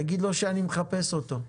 תגיד לו שאני מחפש אותו.